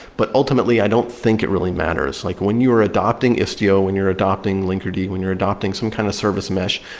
but ultimately, i don't think it really matters like when you're adopting istio, when you're adopting linkderd, ah when you're adopting some kind of service mesh,